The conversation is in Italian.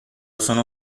sono